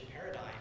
paradigm